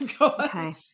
Okay